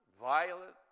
violent